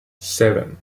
seven